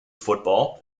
football